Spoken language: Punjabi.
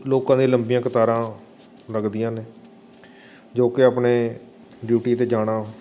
ਲੋਕਾਂ ਦੀਆਂ ਲੰਬੀਆਂ ਕਤਾਰਾਂ ਲੱਗਦੀਆਂ ਨੇ ਜੋ ਕਿ ਆਪਣੇ ਡਿਊਟੀ 'ਤੇ ਜਾਣਾ